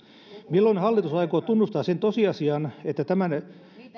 milloin hallitus aikoo tunnustaa sen tosiasian että